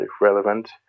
relevant